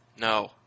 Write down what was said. No